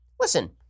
listen